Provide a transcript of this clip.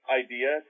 idea